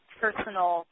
personal